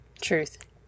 Truth